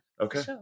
Okay